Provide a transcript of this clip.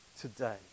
today